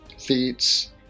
feats